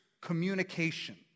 communication